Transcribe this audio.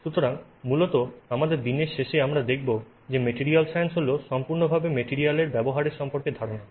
সুতরাং মূলত আমাদের দিনের শেষে আমরা দেখবো যে মেটেরিয়াল সাইন্স হল সম্পূর্ণভাবে ম্যাটেরিয়াল এর ব্যবহারের সম্পর্কে ধারণা